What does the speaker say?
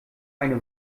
eine